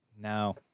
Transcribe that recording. No